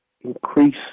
increase